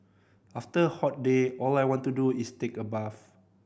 after a hot day all I want to do is take a bath